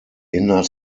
inner